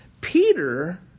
Peter